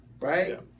right